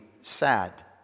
sad